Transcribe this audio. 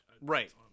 Right